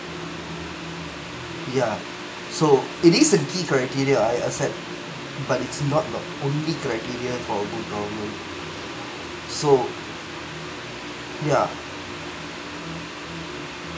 ya so it is a key criteria I accept but it's not the only criteria for a good government so ya